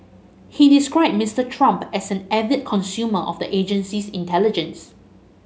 he described Mister Trump as an avid consumer of the agency's intelligence